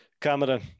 Cameron